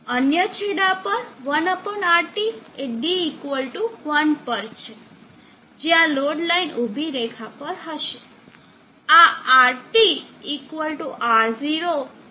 અન્ય છેડા પર 1RT એ d1 પર જ્યાં લોડ લાઇન ઊભી રેખા પર હશે